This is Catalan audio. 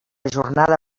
jornada